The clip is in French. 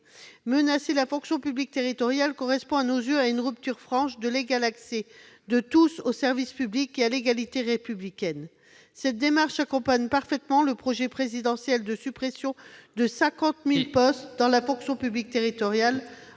Menacer la fonction publique territoriale correspond à nos yeux à une rupture franche avec l'égal accès de tous aux services publics et avec l'égalité républicaine. Cette démarche accompagne parfaitement le projet présidentiel de suppression de 50 000 postes dans la fonction publique territoriale,